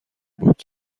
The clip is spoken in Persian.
بود